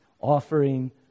offering